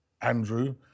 Andrew